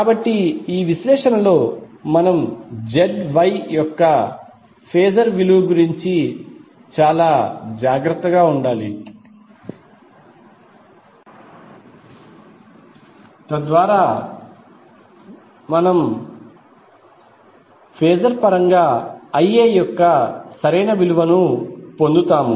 కాబట్టి విశ్లేషణలో మనం ZY యొక్క ఫేజర్ విలువ గురించి చాలా జాగ్రత్తగా ఉండాలి తద్వారా మనం వాకు సంబంధించి ఫేజర్ పరంగా Ia యొక్క సరైన విలువను పొందుతాము